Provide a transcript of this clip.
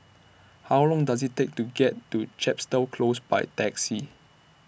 How Long Does IT Take to get to Chepstow Close By Taxi